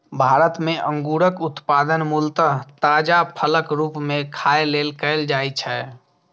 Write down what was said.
भारत मे अंगूरक उत्पादन मूलतः ताजा फलक रूप मे खाय लेल कैल जाइ छै